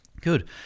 good